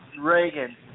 Reagan